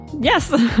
Yes